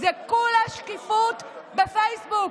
זה כולה שקיפות בפייסבוק.